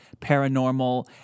paranormal